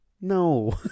No